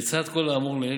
לצד כל האמור לעיל,